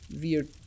weird